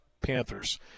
Panthers